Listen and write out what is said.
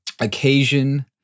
occasion